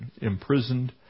imprisoned